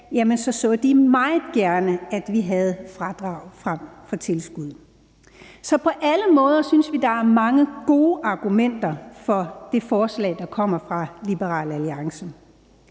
så de meget gerne, at vi havde fradrag frem for tilskud. Så på alle måder synes vi, der er mange gode argumenter for det forslag, der kommer fra Liberal Alliance.